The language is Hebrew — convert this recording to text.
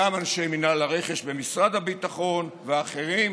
גם אנשי מינהל הרכש במשרד הביטחון ואחרים,